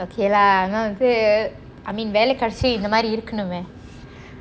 ok lah ஆனா வந்து:aanaa vanthu I mean வேலை கிடைச்சிட்டும் இந்த மாதிரி இருக்கணுமே:veal kidaichidum intha maathiri irukkanumae